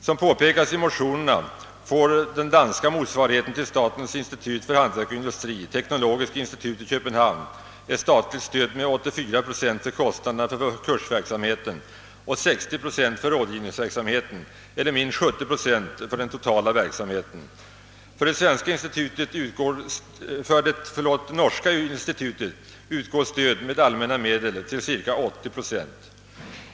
Som påpekas i motionerna får den danska motsvarigheten till statens institut för hantverk och industri, Teknologisk institut i Köpenhamn, ett statligt stöd med 84 procent av kostnaderna för kursverksamheten och 60 procent för rådgivningsverksamheten, eller minst 70 procent för den totala verksamheten. För det norska institutet utgår understöd med allmänna medel till cirka 80 procent.